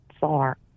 far